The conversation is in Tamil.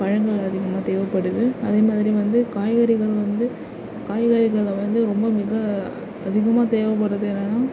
பழங்கள் அதிகமாக தேவைபடுது அதே மாதிரி வந்து காய்கறிகள் வந்து காய்கறிகளில் வந்து ரொம்ப மிக அதிகமாக தேவைபடுகிறது என்னென்னா